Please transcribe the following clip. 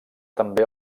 també